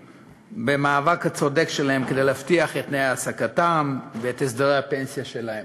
במאבק הצודק שלהם להבטיח את תנאי העסקתם ואת הסדרי הפנסיה שלהם.